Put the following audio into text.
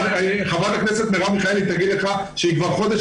חברת הכנסת מרב מיכאלי תגיד לך שהיא כבר חודש